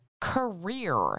career